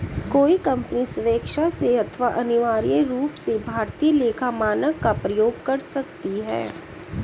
कोई कंपनी स्वेक्षा से अथवा अनिवार्य रूप से भारतीय लेखा मानक का प्रयोग कर सकती है